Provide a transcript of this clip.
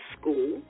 school